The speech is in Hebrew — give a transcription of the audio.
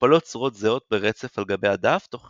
מקופלות צורות זהות ברצף על גבי הדף תוך